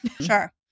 Sure